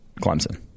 Clemson